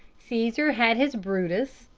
caesar had his brutus,